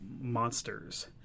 monsters –